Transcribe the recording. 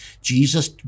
Jesus